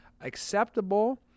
acceptable